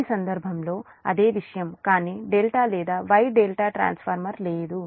ఈ సందర్భంలో అదే విషయం కానీ ∆ లేదా Y ∆ ట్రాన్స్ఫార్మర్ లేదు